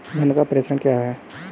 धन का प्रेषण क्या है?